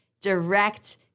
direct